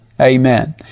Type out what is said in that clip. Amen